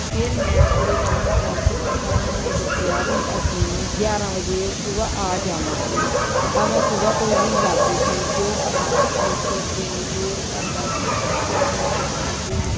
ਫਿਰ ਮੈਂ ਕੂੜੇ ਵਾਲੇ ਨੂੰ ਕਾਲ ਕੀਤੀ ਤਾਂ ਉਹਨਾਂ ਨੇ ਦੱਸਿਆ ਵੀ ਅਸੀਂ ਗਿਆਰ੍ਹਾਂ ਵਜੇ ਸੁਬਹਾ ਆ ਜਾਵਾਂਗੇ ਤਾਂ ਮੈਂ ਸੁਬਹਾ ਤੋਂ ਹੀ ਲੱਗ ਗਈ ਸੀ ਜੋ ਪੁਰਾਣਾ ਫਰਨੀਚਰ ਸੀ ਹੋਰ ਘਰਦਾ ਸਮ ਟੁੱਟਿਆ ਹੋਇਆ ਸਮਾਨ ਸੀ